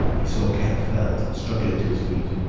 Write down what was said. he saw kemp felled, and struggling to his feet.